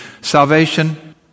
Salvation